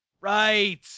Right